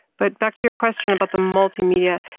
but back to your question about the multimedia.